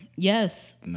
Yes